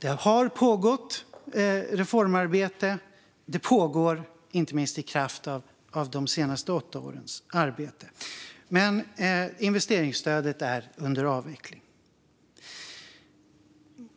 Det har pågått reformarbete, och det pågår reformarbete - inte minst i kraft av de senaste åtta årens arbete. Investeringsstödet är dock under avveckling.